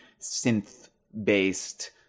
synth-based